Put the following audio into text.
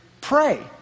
pray